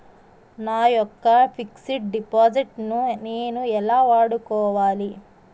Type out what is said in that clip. నా యెక్క fixed deposit ను నేను ఎలా వాడుకోవాలి?